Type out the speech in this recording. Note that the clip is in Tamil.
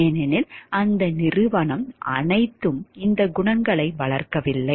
ஏனெனில் அந்த நிறுவனம் அனைத்தும் இந்த குணங்களை வளர்க்கவில்லை